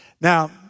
Now